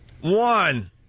One